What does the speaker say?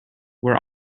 where